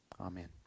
Amen